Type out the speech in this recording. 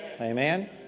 Amen